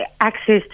access